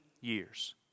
years